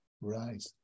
Right